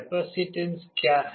capacitance क्या है